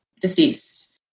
deceased